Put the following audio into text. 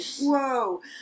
whoa